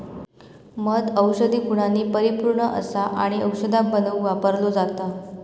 मध औषधी गुणांनी परिपुर्ण असा आणि औषधा बनवुक वापरलो जाता